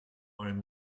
einen